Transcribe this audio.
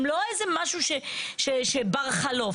הם לא משהו שהוא בר חלוף,